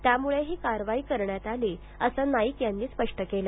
त्यामुळे ही कारवाई करण्यात आली असं नाईक यांनी स्पष्ट केलं